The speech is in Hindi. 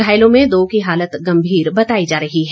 घायलों में दो की हालत गंभीर बताई जा रही है